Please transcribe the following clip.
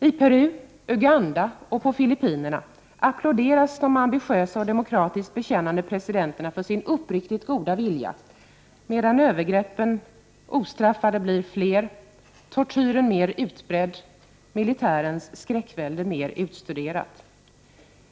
I Peru, Uganda och Filippinerna applåderas de ambitiösa och demokratiskt bekännande presidenterna för sin uppriktigt goda vilja, allt medan övergreppen ostraffat blir fler, tortyren mer utbredd och militärens skräckvälde mer utstuderat.